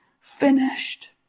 finished